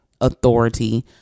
authority